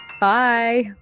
bye